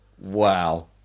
Wow